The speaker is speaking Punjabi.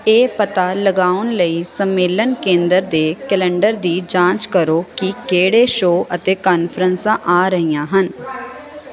ਇਹ ਪਤਾ ਲਗਾਉਣ ਲਈ ਸੰਮੇਲਨ ਕੇਂਦਰ ਦੇ ਕੈਲੰਡਰ ਦੀ ਜਾਂਚ ਕਰੋ ਕਿ ਕਿਹੜੇ ਸ਼ੋਅ ਅਤੇ ਕਾਨਫਰੰਸਾਂ ਆ ਰਹੀਆਂ ਹਨ